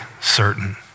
certain